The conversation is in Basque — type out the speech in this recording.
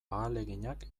ahaleginak